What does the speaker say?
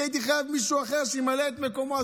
כי הייתי חייב מישהו אחר שימלא את מקומו?